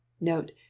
Note